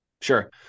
Sure